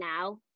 now